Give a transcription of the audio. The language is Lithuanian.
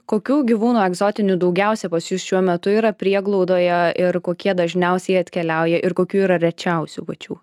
kokių gyvūnų egzotinių daugiausiai pas jus šiuo metu yra prieglaudoje ir kokie dažniausiai atkeliauja ir kokių yra rečiausių pačių